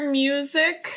music